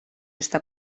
està